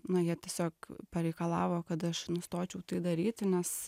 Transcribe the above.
na jie tiesiog pareikalavo kad aš nustočiau tai daryti nes